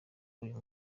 uyu